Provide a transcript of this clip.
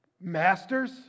Masters